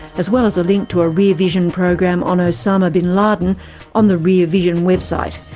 as well as a link to rear vision program on osama bin laden on the rear vision website.